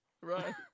Right